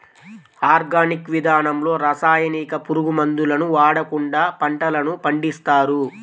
organic విధానంలో రసాయనిక, పురుగు మందులను వాడకుండా పంటలను పండిస్తారు